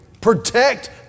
protect